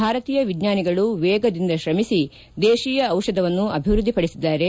ಭಾರತೀಯ ವಿಜ್ಞಾನಿಗಳು ವೇಗದಿಂದ ಶ್ರಮಿಸಿ ದೇಶೀಯ ದಿಷಧವನ್ನು ಅಭಿವೃದ್ದಿಪಡಿಸಿದ್ದಾರೆ